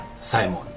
Simon